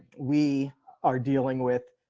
we are dealing with.